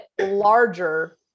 larger